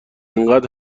اینقد